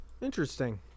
Interesting